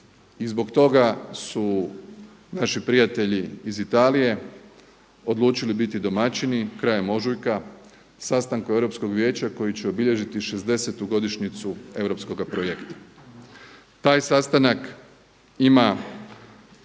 i zbog toga su naši prijatelji iz Italije odlučili biti domaćini krajem ožujka sastanku Europskog vijeća koji će obilježiti 60.tu godišnjicu europskoga projekta. Taj sastanak ima